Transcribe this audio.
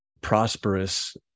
prosperous